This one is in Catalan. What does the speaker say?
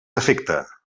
afecta